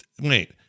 wait